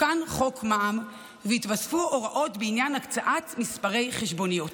תוקן חוק מע"מ והתווספו הוראות בעניין הקצאת מספרי חשבוניות.